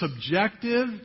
subjective